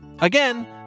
Again